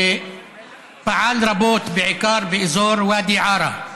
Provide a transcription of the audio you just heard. ופעל רבות בעיקר באזור ואדי עארה,